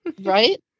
Right